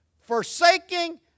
forsaking